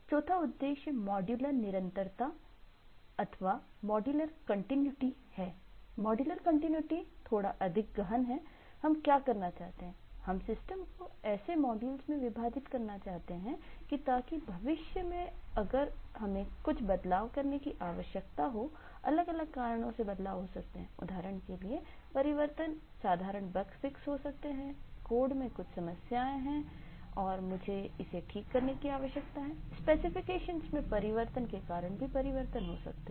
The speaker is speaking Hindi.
चौथा उद्देश्य मॉड्यूलर निरंतरता कंटिन्यूटी में बदलाव आदि के कारण भी परिवर्तन हो सकते हैं